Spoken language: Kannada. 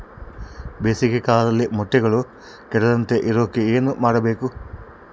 ಬೇಸಿಗೆ ಕಾಲದಲ್ಲಿ ಮೊಟ್ಟೆಗಳು ಕೆಡದಂಗೆ ಇರೋಕೆ ಏನು ಮಾಡಬೇಕು?